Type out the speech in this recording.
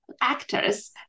actors